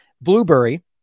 Blueberry